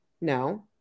No